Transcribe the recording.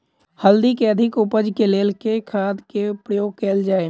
हल्दी केँ अधिक उपज केँ लेल केँ खाद केँ प्रयोग कैल जाय?